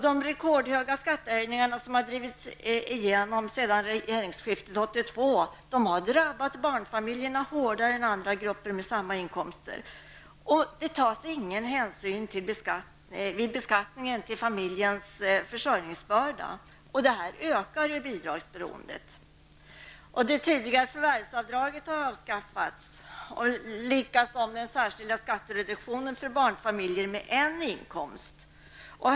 De rekordhöga skattehöjningar som drivits igenom sedan regeringsskiftet 1982 har drabbat barnfamiljerna hårdare än andra grupper med samma inkomster. Det tas ingen hänsyn vid beskattningen till familjernas försörjningsbörda. Det ökar bidragsberoendet. Det tidigare förvärvsavdraget har avskaffats, liksom den särskilda skattereduktionen för barnfamiljer med en inkomst.